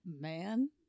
man